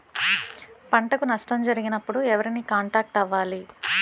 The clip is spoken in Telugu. పంటకు నష్టం జరిగినప్పుడు ఎవరిని కాంటాక్ట్ అవ్వాలి?